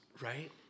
right